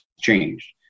changed